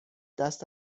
دست